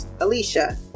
Alicia